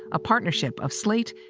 a partnership of slate,